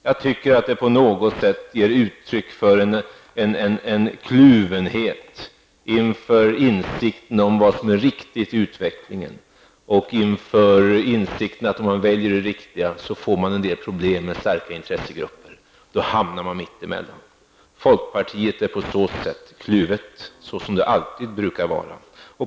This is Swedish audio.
Jag tycker att detta på något sätt ger uttryck för en kluvenhet inför insikten om vad som är riktigt i utvecklingen. Om man väljer det riktiga, får man en del problem med starka intressegrupper, och då hamnar man mitt emellan. Folkpartiet är således kluvet -- såsom det brukar vara.